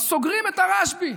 אז סוגרים את הרשב"י,